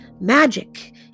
Magic